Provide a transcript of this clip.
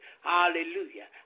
Hallelujah